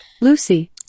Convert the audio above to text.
Lucy